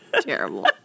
Terrible